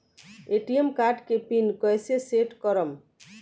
ATM card के PIN कैसे set करम?